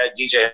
DJ